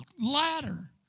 ladder